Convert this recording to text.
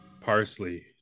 Parsley